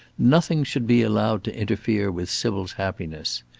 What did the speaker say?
nothing should be allowed to interfere with sybil's happiness.